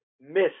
miss